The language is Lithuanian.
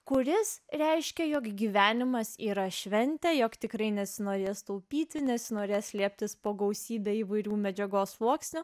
kuris reiškia jog gyvenimas yra šventę jog tikrai nesinorės taupyti nesinorės slėptis po gausybe įvairių medžiagos sluoksnių